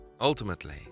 ultimately